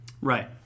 right